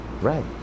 Right